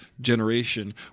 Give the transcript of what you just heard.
generation